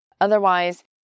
Otherwise